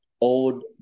old